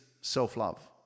self-love